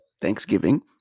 Thanksgiving